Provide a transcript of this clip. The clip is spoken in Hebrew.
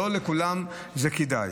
לא לכולם זה כדאי.